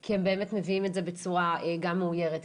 כי הם באמת מביאים את זה בצורה גם מאוירת,